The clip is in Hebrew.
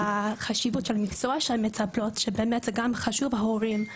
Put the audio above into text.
על החשיבות של המקצוע של המטפלות שבאמת זה גם חשוב ההורים,